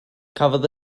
cafodd